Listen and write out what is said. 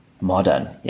modern